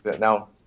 Now